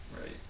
Right